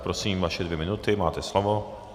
Prosím vaše dvě minuty, máte slovo.